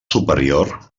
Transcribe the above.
superior